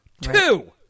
Two